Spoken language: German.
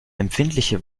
empfindliche